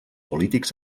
polítics